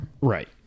right